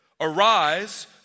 arise